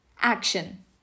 Action